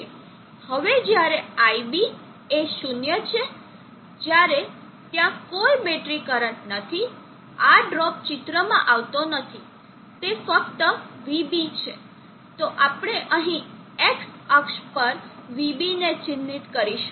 હવે જ્યારે iB એ 0 છે જ્યારે ત્યાં કોઈ બેટરી કરંટ નથી આ ડ્રોપ ચિત્રમાં આવતો નથી તે ફક્ત vB છે તો આપણે અહીં X અક્ષ પર vB ને ચિહ્નિત કરીશું